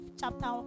chapter